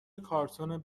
کارتون